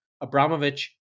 Abramovich